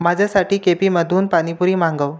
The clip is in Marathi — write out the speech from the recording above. माझ्यासाठी के पीमधून पाणीपुरी मागव